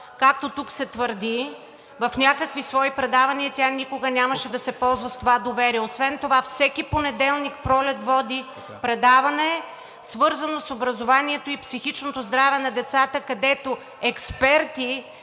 както тук се твърди, в някакви свои предавания, тя никога нямаше да се ползва с това доверие. Освен това всеки понеделник Пролет води предаване, свързано с образованието и психичното здраве на децата, където експерти